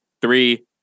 Three